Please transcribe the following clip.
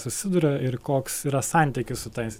susiduria ir koks yra santykis su tais